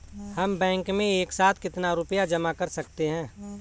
हम बैंक में एक साथ कितना रुपया जमा कर सकते हैं?